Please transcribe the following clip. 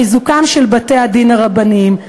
חיזוקם של בתי-הדין הרבניים.